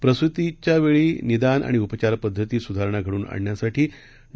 प्रसूतीवेळच्या निदान आणि उपचार पद्धतीत सुधारणा घडवून आणण्यासाठी डॉ